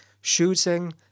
shooting